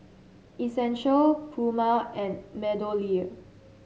Essential Puma and MeadowLea